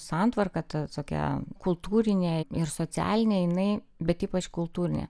santvarka ta tokia kultūrinė ir socialinė jinai bet ypač kultūrinė